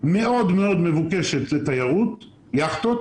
מאוד מאוד מבוקשת לתיירות יכטות,